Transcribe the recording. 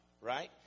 Right